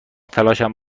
تلاشم